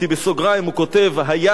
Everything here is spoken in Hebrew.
בסוגריים הוא כותב הי"ד,